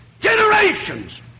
generations